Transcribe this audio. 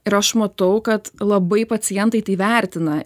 ir aš matau kad labai pacientai tai vertina